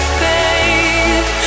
faith